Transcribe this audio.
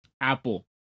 Apple